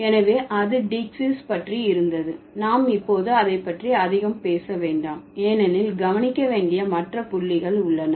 எனவே அது டீக்சீஸ் பற்றி இருந்தது நாம் இப்போது அதை பற்றி அதிகம் பேச வேண்டாம் ஏனெனில் கவனிக்க வேண்டிய மற்ற புள்ளிகள் உள்ளன